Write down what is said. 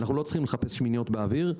אנחנו לא צריכים לחפש שמיניות באוויר.